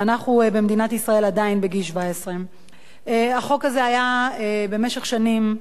ואנחנו במדינת ישראל עדיין בגיל 17. החוק הזה היה במשך שנים,